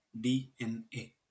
DNA